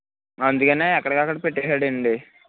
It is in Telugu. అందుకనే ఎక్కడికక్కడ పెట్టేసాడు అండి